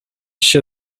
się